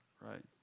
right